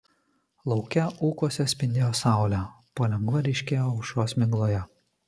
lauke ūkuose spindėjo saulė palengva ryškėjo aušros migloje